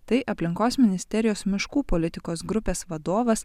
tai aplinkos ministerijos miškų politikos grupės vadovas